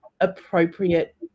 appropriate